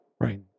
Right